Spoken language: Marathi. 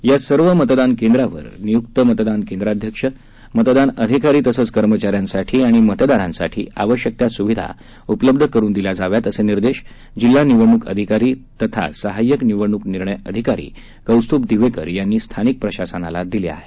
या सर्व मतदान केंद्रावर नियूक्त मतदान केंद्राध्यक्ष मतदान अधिकारी तसंच कर्मचाऱ्यांसाठी आणि मतदारांसाठी आवश्यक त्या सुविधा उपलब्ध करुन देण्याचे निर्देश जिल्हा निवडणूक अधिकारी तथा सहायक निवडणूक निर्णय अधिकारी कौस्तूभ दिवेगावकर यांनी स्थानिक प्रशासनाला दिले आहेत